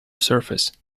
surface